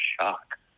shock